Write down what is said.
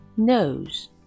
Nose